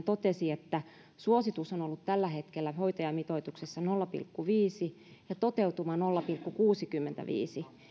totesi että suositus on ollut tällä hetkellä hoitajamitoituksessa nolla pilkku viisi ja toteutuma nolla pilkku kuusikymmentäviisi